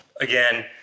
again